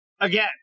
Again